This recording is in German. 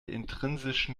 intrinsischen